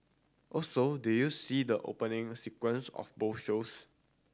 also did you see the opening sequence of both shows